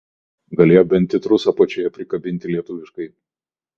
taip taip galėjo bent titrus apačioje prikabinti lietuviškai